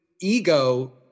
ego